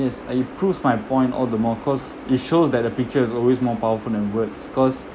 yes uh it proves my point all the more cause it shows that the picture is always more powerful than words cause